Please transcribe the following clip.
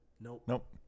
Nope